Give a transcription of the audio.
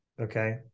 okay